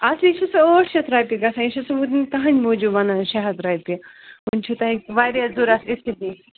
اصلی چھُ سُہ ٲٹھ شَتھ رۄپیہِ گژھان یہِ چھُ سُہ بہٕ تُہٕنٛدِ موٗجوٗب وَنان شےٚ ہَتھ رۄپیہِ وۄنۍ چھُ تۄہہِ واریاہ ضوٚرتھ اِسی لیے